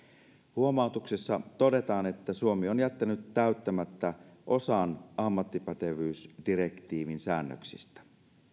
huomautuksessa todetaan että suomi on jättänyt täyttämättä osan ammattipätevyysdirektiivin säännöksistä